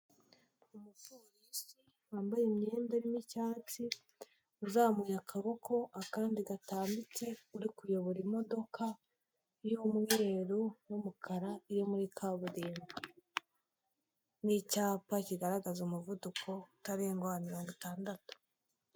Umupolisi wambaye imyenda irimo icyatsi, uzamuye akaboko akandi gatambitse, uri kuyobora imodoka y'umweruru n'umukara iri muri kaburimbo n'icyapa kigaragaza umuvuduko utarengwa wa mirongo itandatu.